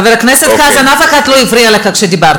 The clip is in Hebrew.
חבר הכנסת חזן, אף אחד לא הפריע לך כשדיברת.